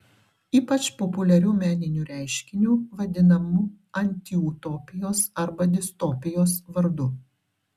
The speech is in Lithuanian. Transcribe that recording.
ypač populiariu meniniu reiškiniu vadinamu antiutopijos arba distopijos vardu